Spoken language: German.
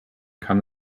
kann